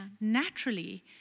naturally